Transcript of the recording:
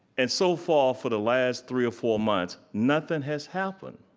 and so far, for the last three or four months, nothing has happened,